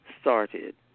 started